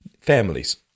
families